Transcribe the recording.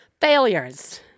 Failures